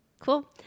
Cool